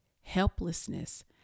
helplessness